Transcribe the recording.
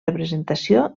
representació